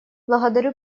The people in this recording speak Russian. благодарю